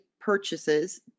purchases